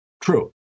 True